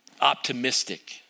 optimistic